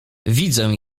widzę